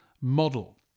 model